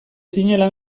zinela